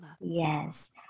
Yes